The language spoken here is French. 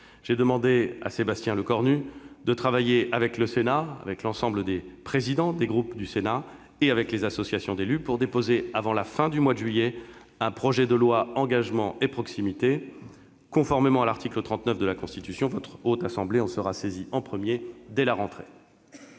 J'ai demandé à Sébastien Lecornu de travailler avec l'ensemble des présidents de groupes du Sénat et avec les associations d'élus pour déposer, avant la fin du mois de juillet, un projet de loi « engagement et proximité ». Conformément à l'article 39 de la Constitution, la Haute Assemblée en sera saisie en premier, dès la rentrée.